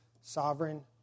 sovereign